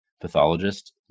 pathologist